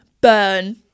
burn